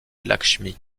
lakshmi